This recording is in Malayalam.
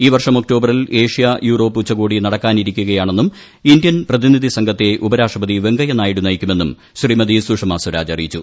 ഈ വർഷം ഒക്ടോബറിൽ ഏഷ്യ യൂറോപ് ഉച്ചകോടി നടക്കാനിരിക്കുകയാണെന്നും ഇന്ത്യൻ പ്രതിനിധി സംഘത്തെ ഉപരാഷ്ട്രപതി വെങ്കയ്യനായിഡു നയിക്കുമെന്നും ശ്രീമതി സുഷമാസ്വരാജ് അറിയിച്ചു